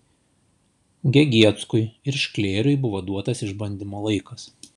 gegieckui ir šklėriui buvo duotas išbandymo laikas